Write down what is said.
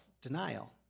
denial